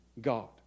God